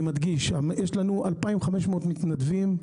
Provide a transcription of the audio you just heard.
יש לנו 2,500 מתנדבים,